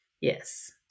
Yes